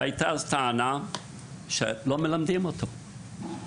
הייתה אז טענה שלא מלמדים אותו.